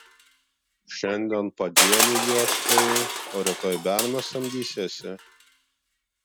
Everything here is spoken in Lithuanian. šiandien padienių ieškai o rytoj berną samdysiesi